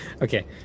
Okay